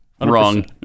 Wrong